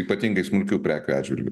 ypatingai smulkių prekių atžvilgiu